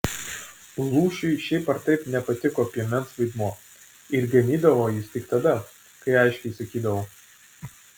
lūšiui šiaip ar taip nepatiko piemens vaidmuo ir ganydavo jis tik tada kai aiškiai įsakydavau